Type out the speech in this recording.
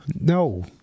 No